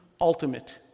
ultimate